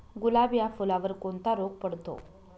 गुलाब या फुलावर कोणता रोग पडतो?